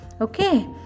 okay